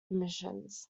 emissions